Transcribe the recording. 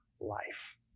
life